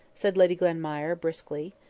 said lady glenmire briskly.